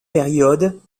période